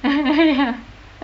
ya